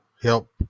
help